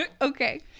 Okay